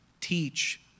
teach